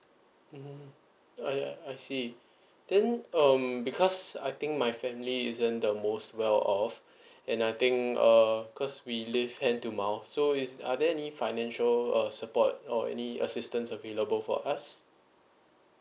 mmhmm oh yeah I see then um because I think my family isn't the most well off and I think uh cause we live hand to mouth so is are there any financial uh support or any assistance available for us